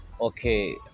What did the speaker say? Okay